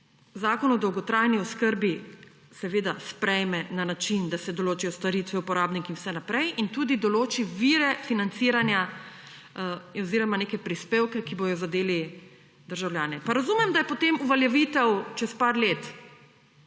zakon o dolgotrajni oskrbi seveda sprejme na način, da se določijo storitve, uporabniki in vse naprej in tudi določi vire financiranja oziroma neke prispevke, ki bojo zadeli državljane. Pa razumem, da je potem uveljavitev čez nekaj let,